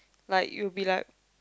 like you be like